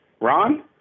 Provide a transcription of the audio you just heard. Ron